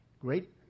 great